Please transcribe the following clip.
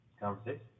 conversation